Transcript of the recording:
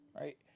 right